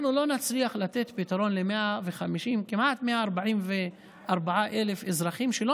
אנחנו לא נצליח לתת פתרון לכמעט 144,000 אזרחים שלא